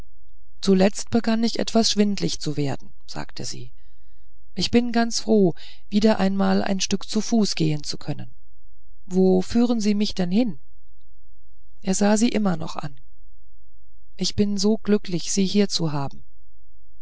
zuletzt begann ich etwas schwindlig zu werden antwortete sie ich bin ganz froh wieder einmal ein stück zu fuß gehen zu können wo führen sie mich denn hin er sah sie noch immer an ich bin so glücklich sie hier zu haben